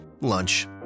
Lunch